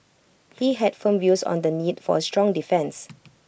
he had firm views on the need for A strong defence